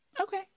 Okay